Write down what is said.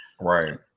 Right